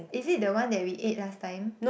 is it the one that we ate last time